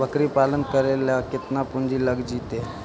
बकरी पालन करे ल केतना पुंजी लग जितै?